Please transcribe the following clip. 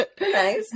Nice